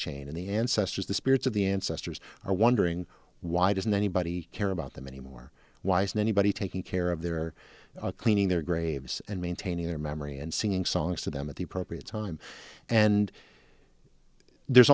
chain and the ancestors the spirits of the ancestors are wondering why doesn't anybody care about them any more why isn't anybody taking care of their cleaning their graves and maintaining their memory and singing songs to them at the appropriate time and there's